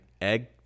egg